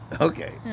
Okay